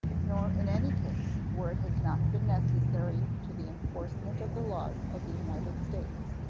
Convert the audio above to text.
nor in any case where it has not been necessary to the enforcement of the laws of the united states.